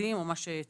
בגדים או מה שצריך.